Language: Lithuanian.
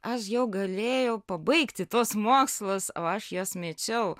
aš jau galėjau pabaigti tuos mokslus o aš juos mečiau